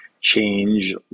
change